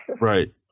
Right